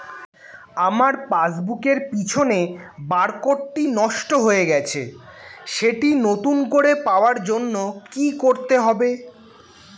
আমার পাসবুক এর পিছনে বারকোডটি নষ্ট হয়ে গেছে সেটি নতুন করে পাওয়ার জন্য কি করতে হবে?